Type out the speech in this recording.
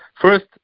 First